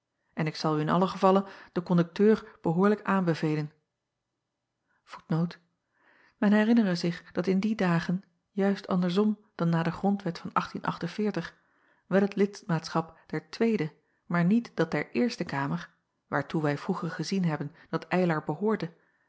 gaan dan zal ik rijdag ochtend te acht ure met het man en herinnere zich dat in die dagen juist andersom dan na de rondwet van wel het lidmaatschap der weede maar niet dat der erste amer waartoe wij vroeger gezien hebben dat ylar behoorde